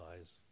eyes